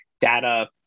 data